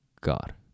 God